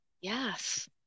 Yes